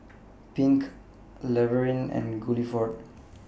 Pink Laverne and Guilford